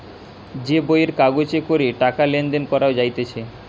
যে বইয়ের কাগজে করে টাকা লেনদেন করা যাইতেছে